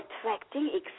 attracting